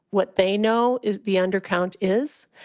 what they know is the undercount is.